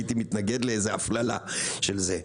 הייתי מתנגד לאיזה הפללה של זה.